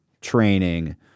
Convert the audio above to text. training